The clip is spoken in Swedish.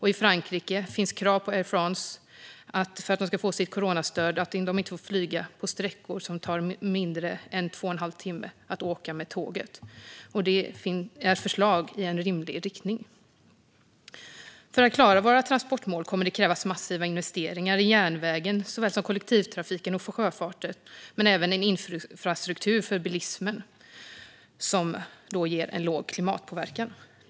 I Frankrike finns ett krav på Air France att för att få sitt coronastöd ska bolaget inte flyga på sträckor där det tar mindre än två och en halv timme att åka med tåget. Det är förslag i rimlig riktning. För att klara våra transportmål kommer det att krävas massiva investeringar i järnväg, kollektivtrafik och sjöfart, och det kräver en infrastruktur för bilismen som ger låg klimatpåverkan.